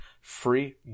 free